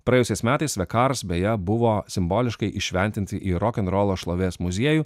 praėjusiais metais the cars beje buvo simboliškai įšventinti į rokenrolo šlovės muziejų